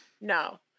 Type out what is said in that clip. no